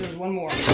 one more.